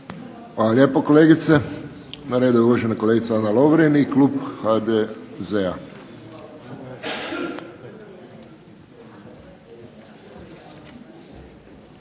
Hvala lijepo kolegice. Na redu je uvažena kolegica Ana Lovrin i Klub HDZ-a.